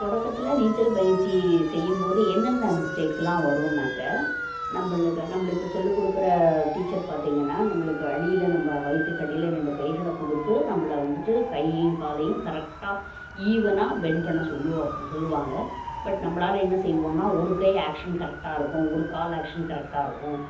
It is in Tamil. தொடக்கத்தில் நீச்சல் பயிற்சி செய்யும்போது என்னென்ன மிஸ்டேக்ஸுலாம் வரும்னாக்க நம்மளுக்கு நம்மளுக்கு சொல்லிக் கொடுக்குற டீச்சர் பார்த்திங்கன்னா நம்மளுக்கு அடியில் நம்ம வயிற்றுக்கு அடியில் ரெண்டு கைகளை கொடுத்து நம்மள வந்துவிட்டு கையும் காலையும் கரெக்டாக ஈவனாக பெண்ட் பண்ண சொல்லுவா சொல்வாங்க பட் நம்மளால என்ன செய்வோம்ன்னா ஒரு கை ஆக்ஷன் கரெக்டாக இருக்கும் ஒரு கால் ஆக்ஷன் கரெக்டாக இருக்கும்